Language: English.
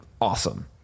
awesome